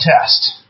test